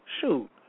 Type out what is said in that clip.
shoot